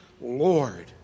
Lord